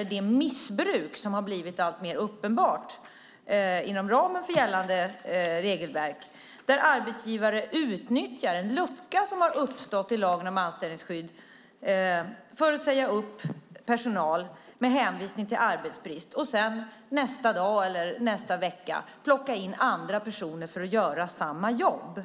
åt det missbruk inom ramen för gällande regelverk som blivit alltmer uppenbart, där arbetsgivare utnyttjar en lucka i lagen om anställningsskydd för att säga upp personal med hänvisning till arbetsbrist och sedan, nästa dag eller nästa vecka, plocka in andra personer för att göra samma jobb.